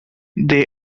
they